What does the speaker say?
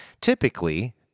Typically